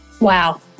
wow